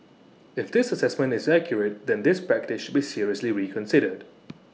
if this Assessment is accurate then this practice should be seriously reconsidered